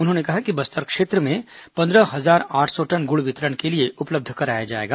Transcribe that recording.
उन्होंने कहा कि बस्तर क्षेत्र में पन्द्रह हजार आठ सौ टन गुड़ वितरण के लिए उपलब्ध कराया जाएगा